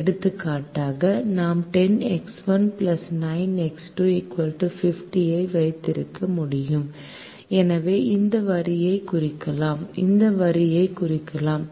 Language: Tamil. எடுத்துக்காட்டாக நாம் 10X1 9X2 50 ஐ வைத்திருக்க முடியும் எனவே இந்த வரியைக் குறிக்கலாம் இந்த வரியைக் குறிக்கலாம்